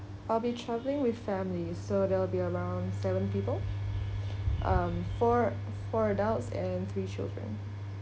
I'll be travelling with family so there'll be around seven people um four four adults and three children